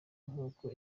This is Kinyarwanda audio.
nkuko